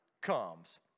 comes